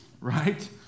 right